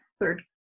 third